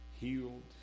healed